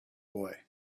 boy